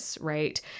right